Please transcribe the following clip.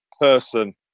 person